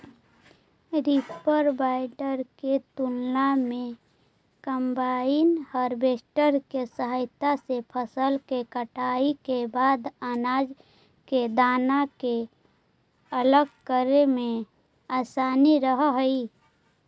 reaper binder के तुलना में कम्बाइन हार्वेस्टर के सहायता से फसल के कटाई के बाद अनाज के दाना के अलग करे में असानी रहऽ हई